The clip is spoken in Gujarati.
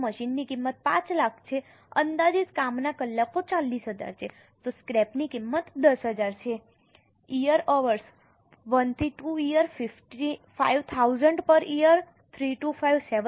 જો મશીનની કિંમત 5 લાખ છે અને અંદાજિત કામના કલાકો 40000 છે તો સ્ક્રેપની કિંમત 10000 છે